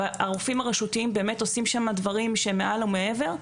והרופאים הרשותיים באמת עושים שמה דברים שהם מעל ומעבר,